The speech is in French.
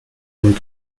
avec